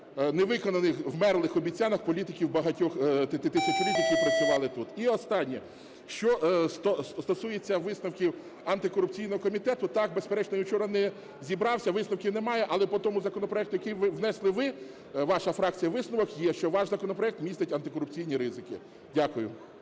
невиконаних, вмерлих обіцянок політиків багатьох тисячоліть, які працювали тут. І останнє. Що стосується висновків антикорупційного комітету. Так, безперечно, він вчора не зібрався, висновків немає. Але по тому законопроекту, який внесли ви, ваша фракція, висновок є, що ваш законопроект містить антикорупційні ризики. Дякую.